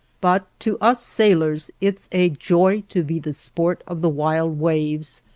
but to us sailors it's a joy to be the sport of the wild waves,